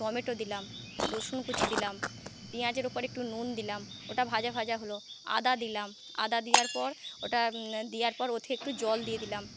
tomato দিলাম রসুন কুঁচি দিলাম পেঁয়াজের ওপর একটু নুন দিলাম ওটা ভাজা ভাজা হল আদা দিলাম আদা দেওয়ার পর ওটা দেওয়ার পর ওতে একটু জল দিয়ে দিলাম